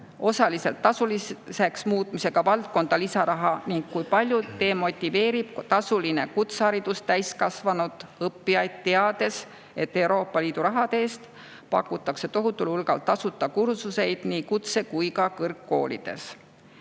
osaliselt tasuliseks muutmisega valdkonda lisaraha ning kui palju demotiveerib tasuline kutseharidus täiskasvanud õppijaid, teades, et Euroopa Liidu rahade eest pakutakse tohutul hulgal tasuta kursuseid nii kutse- kui ka kõrgkoolides.